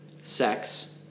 sex